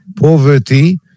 poverty